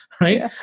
right